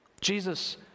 Jesus